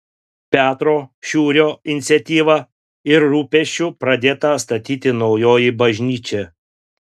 petro šiurio iniciatyva ir rūpesčiu pradėta statyti naujoji bažnyčia